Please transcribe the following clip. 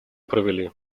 провели